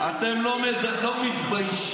לא,